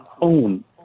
own